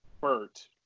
Bert